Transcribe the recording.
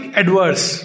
adverse